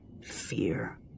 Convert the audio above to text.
fear